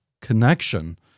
connection